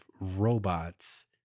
robots